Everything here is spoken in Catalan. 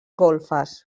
golfes